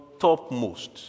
topmost